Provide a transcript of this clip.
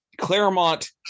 Claremont